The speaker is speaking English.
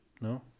No